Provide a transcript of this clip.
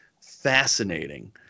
fascinating